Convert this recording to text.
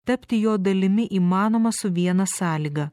tapti jo dalimi įmanoma su viena sąlyga